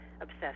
obsessed